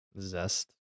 zest